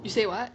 you say what